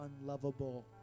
unlovable